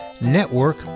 network